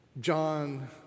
John